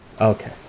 Okay